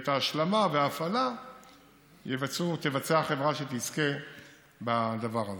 ואת ההשלמה וההפעלה תבצע החברה שתזכה בדבר הזה.